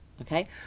okay